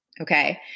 Okay